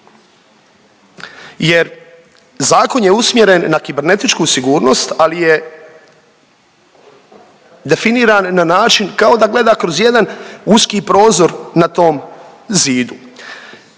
Jer zakon je usmjeren na kibernetičku sigurnost, ali je definiran na način kao da gleda kroz jedan uski prozor na tom zidu.